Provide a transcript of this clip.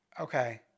Okay